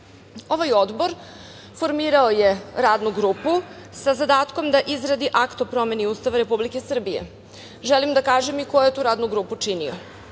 odbor formirao je Radnu grupu sa zadatkom da izradi akt o promeni Ustava Republike Srbije. Želim da kažem i ko je tu radnu grupu činio.